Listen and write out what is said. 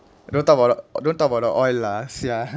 don't talk about the don't talk about the oil lah sia